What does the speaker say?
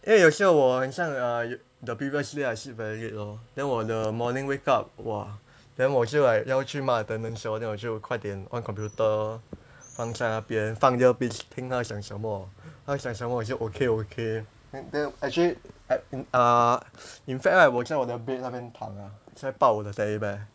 因为我又是很像 uh the previous day I sleep very late lor then 我的 morning wake up !wah! then 我就 like 要去 mark attendance lor then 我就快点 on computer 放在那边放 earpiece 听他讲什么他讲什么我就 okay okay then then actually uh in fact right 我在我的 bed 那边躺啊在抱我的 teddy bear